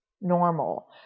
normal